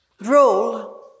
role